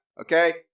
okay